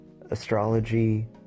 astrology